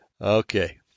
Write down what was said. Okay